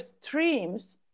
streams